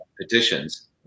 petitions